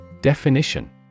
Definition